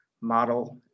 model